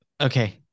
Okay